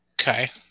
Okay